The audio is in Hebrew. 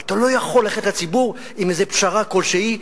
אבל אתה לא יכול ללכת לציבור עם איזו פשרה כלשהי,